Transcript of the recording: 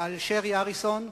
על שרי אריסון,